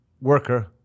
worker